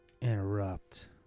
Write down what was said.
interrupt